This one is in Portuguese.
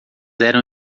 eram